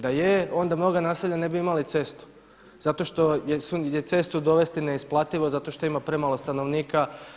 Da je, onda mnoga naselja ne bi imala cestu, zato što je cestu dovesti neisplativo, zato što ima premalo stanovnika.